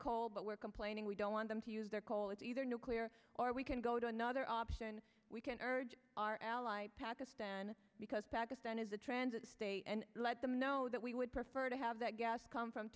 call but we're complaining we don't want them to use their call it's either nuclear or we can go to another option we can urge our ally pakistan because pakistan is a transit state and let them know that we would prefer to have that gas come from